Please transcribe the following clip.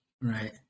right